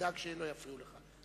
אדאג שלא יפריעו לך.